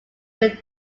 will